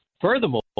Furthermore